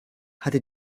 hatte